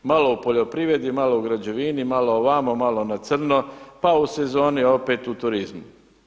Malo u poljoprivredi, malo u građevini, malo ovamo, malo na crno, pa u sezoni opet u turizmu.